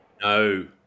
no